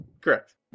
Correct